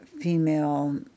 female